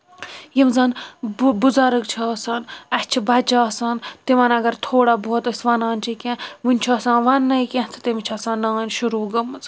یِم زن بُزرگ چھِ آسان اسہِ چھِ بچہِ آسان تِمن اگر تھوڑا أسۍ ونان چھِ کیٚنٛہہ وُنہِ چھُ آسان وننے کینٛہہ تہٕ تٔمِس چھِ آسان نانۍ شروع گٔمٕژ